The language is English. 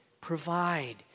provide